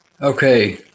Okay